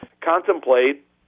contemplate